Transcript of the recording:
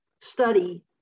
study